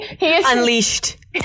unleashed